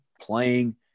playing